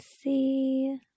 see